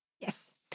Yes